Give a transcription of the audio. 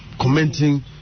commenting